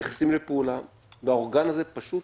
נכנסים לפעולה והאורגן הזה פשוט